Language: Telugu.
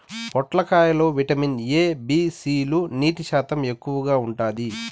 పొట్లకాయ లో విటమిన్ ఎ, బి, సి లు, నీటి శాతం ఎక్కువగా ఉంటాది